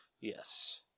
Yes